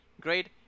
great